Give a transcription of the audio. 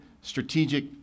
strategic